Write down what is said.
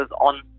on